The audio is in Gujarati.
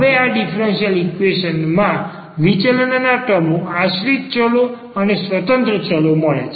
હવે આ ડીફરન્સીયલ ઈક્વેશન માં વિચલનના ટર્મો આશ્રિત ચલો અને સ્વતંત્ર ચલો મળે છે